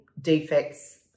defects